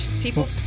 people